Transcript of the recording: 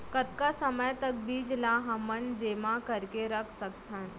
कतका समय तक बीज ला हमन जेमा करके रख सकथन?